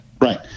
right